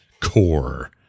core